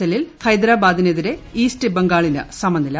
എല്ലിൽ ഹൈദരാബാദിനെതിരെ ഈസ്റ്റ് ബംഗാളിന് സമനില